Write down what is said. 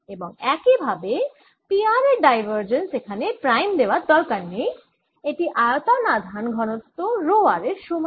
এবং একইভাবে P r এর ডাইভারজেন্স এখানে প্রাইম দেওয়ার দরকার নেই এটি আয়তন আধান ঘনত্ব রো r এর সমান